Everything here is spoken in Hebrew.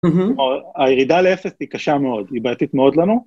כלומר, הירידה לאפס היא קשה מאוד, היא בעתית מאוד לנו.